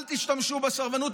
אל תשתמשו בסרבנות.